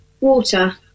water